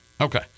okay